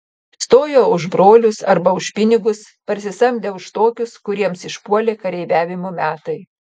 stojo už brolius arba už pinigus parsisamdę už tokius kuriems išpuolė kareiviavimo metai